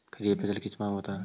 खरिफ फसल किस माह में होता है?